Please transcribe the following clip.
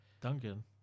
Duncan